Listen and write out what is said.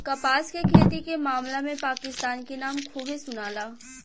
कपास के खेती के मामला में पाकिस्तान के नाम खूबे सुनाला